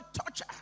torture